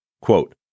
Quote